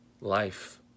life